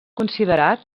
considerat